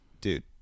Dude